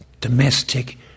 domestic